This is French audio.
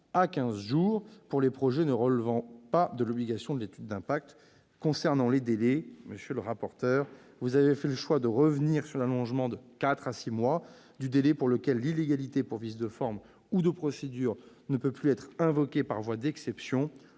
jours pour les projets ne relevant pas de l'obligation de l'étude d'impact. Concernant les délais, monsieur le rapporteur, vous avez fait le choix de revenir sur l'allongement de quatre à six mois du délai pour lequel l'illégalité pour vice de forme ou de procédure ne peut plus être invoquée par voie d'exception.